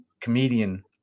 comedian